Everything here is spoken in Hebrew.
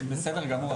בסדר גמור,